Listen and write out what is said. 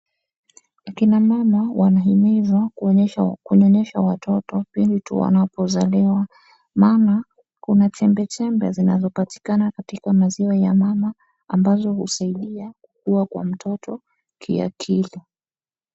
Akina mama wanahimizwa kunyonyesha watoto pindi tu wanapozaliwa, maana kuna chembechembe zinazopatikana katika maziwa ya mama ambazo husaidia kuwa kwa mtoto kiakili.